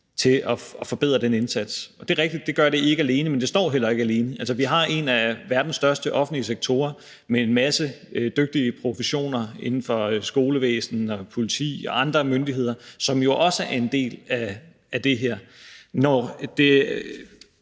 til at forbedre den indsats. Og det er rigtigt, at det jo ikke gør det alene, men det står heller ikke alene. Altså, vi har en af verdens største offentlige sektorer med en masse dygtige professioner inden for skolevæsen, politi og andre myndigheder, som jo også er en del af det her.